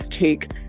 take